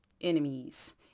enemies